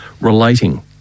relating